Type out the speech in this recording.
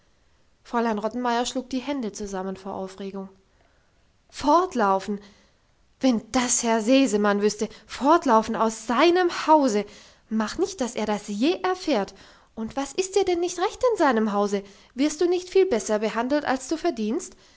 fräulein rottenmeier schlug die hände zusammen vor aufregung fortlaufen wenn das herr sesemann wüsste fortlaufen aus seinem hause mach nicht dass er das je erfährt und was ist dir denn nicht recht in seinem hause wirst du nicht viel besser behandelt als du verdienst